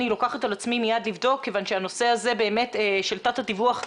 אני לוקחת על עצמי מייד לבדוק כיוון שהנושא הזה של תת הדיווח,